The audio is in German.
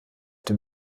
dem